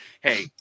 Hey